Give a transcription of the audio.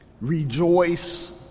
Rejoice